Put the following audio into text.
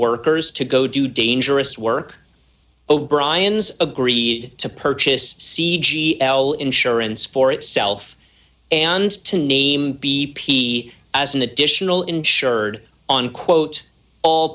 workers to go do dangerous work o'briens agreed to purchase c g l insurance for itself and to name b p as an additional insured on quote all